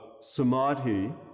samadhi